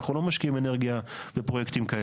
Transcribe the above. אנחנו לא משקיעים אנרגיה בפרויקטים כאלה.